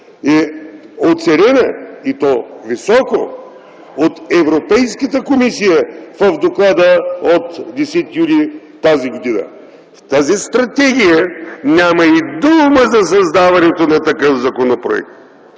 е оценена, и то високо, от Европейската комисия в Доклада от 10 юли т.г. В тази стратегия няма и ду-у-ма за създаването на такъв законопроект!